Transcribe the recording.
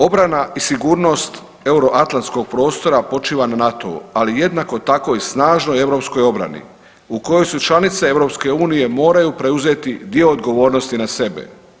Obrana i sigurnost euroatlantskog prostora počiva na NATO-u, ali jednako tako i snažnoj europskoj obrani u kojoj su članice EU moraju preuzeti dio odgovornosti na sebe.